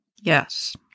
yes